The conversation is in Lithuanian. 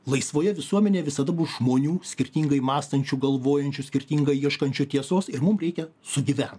laisvoje visuomenėje visada bus žmonių skirtingai mąstančių galvojančių skirtingą ieškančių tiesos ir mum reikia sugyvent